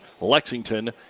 Lexington